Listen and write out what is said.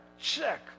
check